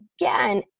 again